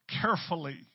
carefully